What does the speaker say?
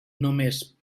només